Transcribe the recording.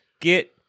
get